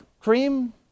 Cream